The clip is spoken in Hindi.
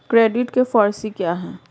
क्रेडिट के फॉर सी क्या हैं?